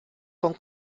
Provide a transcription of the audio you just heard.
con